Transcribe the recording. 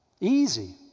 Easy